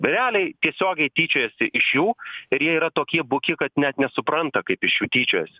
realiai tiesiogiai tyčiojasi iš jų ir jie yra tokie buki kad net nesupranta kaip iš jų tyčiojasi